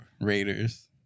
Raiders